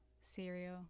cereal